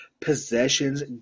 possessions